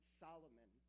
solomon